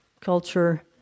culture